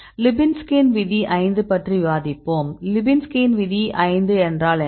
லிபின்ஸ்கியின் விதி 5 பற்றி விவாதிப்போம் லிபின்ஸ்கியின் விதி 5 என்றால் என்ன